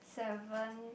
seven